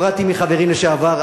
כי נפרדתי מחברים לשעבר,